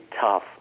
tough